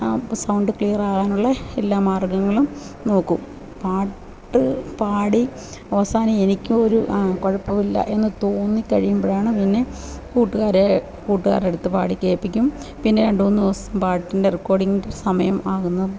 അപ്പോള് സൗണ്ട് ക്ലിയറാവാനുള്ള എല്ലാ മാർഗങ്ങളും നോക്കും പാട്ട് പാടി അവസാനം എനിക്കു ഒരു ആ കുഴപ്പമില്ല എന്ന് തോന്നി കഴിയുമ്പോഴാണ് പിന്നെ കൂട്ടുകാരേ കൂട്ടുകാരെടുത്ത് പാടി കേപ്പിക്കും പിന്നെ രണ്ടൂന്നെസം പാട്ടിൻ്റെ റെക്കോർഡിങ്ങിൻ്റെ സമയം ആകുന്ന